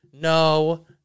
no